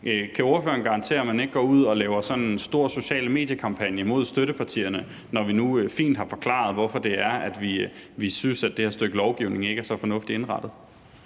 Kan ordføreren garantere, at man ikke går ud og laver store kampagner på sociale medier mod støttepartierne, når vi nu fint har forklaret, hvorfor det er, vi synes, at det her stykke lovgivning ikke er så fornuftigt indrettet?